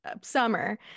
summer